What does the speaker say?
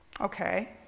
Okay